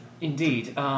Indeed